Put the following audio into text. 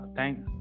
Thanks